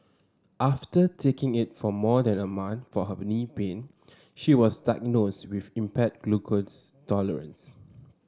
after taking it for more than a month for her knee pain she was diagnosed with impaired glucose tolerance